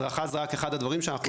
הדרכה זה רק אחד הדברים שאנחנו עושים